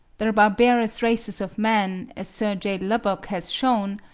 the barbarous races of man, as sir j. lubbock has shewn,